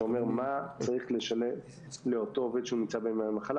שאומר מה צריך לשלם לאותו עובד שנמצא בימי המחלה,